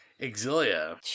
Exilia